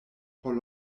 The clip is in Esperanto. por